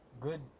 good